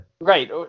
Right